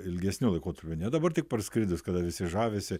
ilgesniu laikotarpiu ne dabar tik parskridus kada visi žavisi